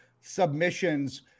submissions